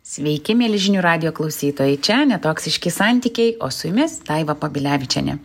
sveiki mieli žinių radijo klausytojai čia netoksiški santykiai o su jumis daiva babilevičienė